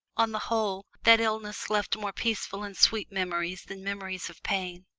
on the whole, that illness left more peaceful and sweet memories than memories of pain.